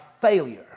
failure